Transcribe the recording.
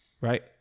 Right